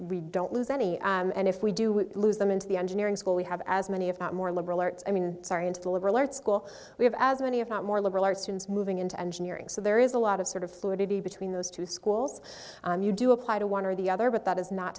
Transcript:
we don't lose any and if we do we lose them into the engineering school we have as many if not more liberal arts i mean sorry into the liberal arts school we have as many if not more liberal arts students moving into engineering so there is a lot of sort of fluidity between those two schools you do apply to one or the other but that is not